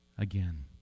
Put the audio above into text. again